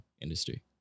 industry